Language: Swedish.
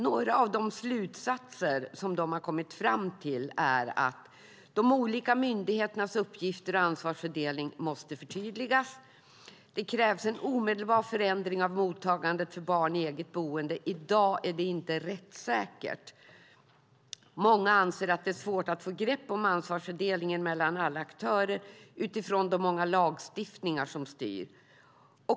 Några av de slutsatser man där har kommit fram till är att de olika myndigheternas uppgifter och ansvarsfördelning måste förtydligas och att det krävs en omedelbar förändring av mottagandet för barn i eget boende. I dag är det inte rättssäkert, och många anser att det är svårt att få grepp om ansvarsfördelningen mellan alla aktörer utifrån de många lagar som styr.